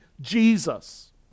Jesus